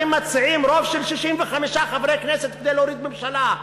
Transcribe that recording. אתם מציעים רוב של 65 חברי כנסת כדי להוריד ממשלה.